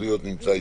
והשני זה